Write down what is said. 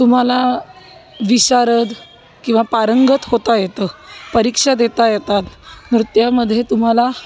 तुम्हाला विशारद किंवा पारंगत होता येतं परीक्षा देता येतात नृत्यामध्ये तुम्हाला